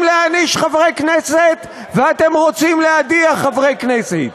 להעניש חברי כנסת ואתם רוצים להדיח חברי כנסת.